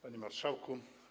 Panie Marszałku!